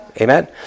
Amen